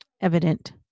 evident